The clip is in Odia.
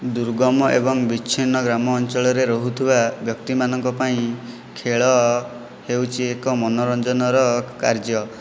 ଦୁର୍ଗମ ଏବଂ ବିଚ୍ଛିନ୍ନ ଗ୍ରାମ ଅଞ୍ଚଳରେ ରହୁଥିବା ବ୍ୟକ୍ତିମାନଙ୍କ ପାଇଁ ଖେଳ ହେଊଛି ଏକ ମନୋରଞ୍ଜନର କାର୍ଯ୍ୟ